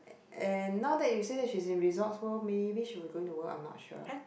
and and now that you say that she's in Resorts World maybe she was going to work I'm not sure